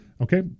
Okay